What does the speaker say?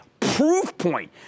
Proofpoint